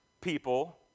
people